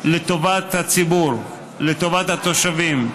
לטובת הציבור, לטובת התושבים.